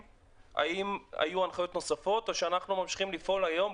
האם היו הנחיות נוספות או שאנחנו ממשיכים לפעול היום,